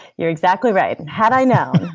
you're exactly right. and had i known,